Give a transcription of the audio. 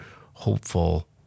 hopeful